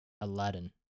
Aladdin